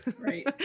Right